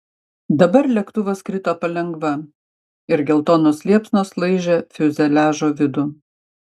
dabar lėktuvas krito palengva ir geltonos liepsnos laižė fiuzeliažo vidų